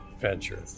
venture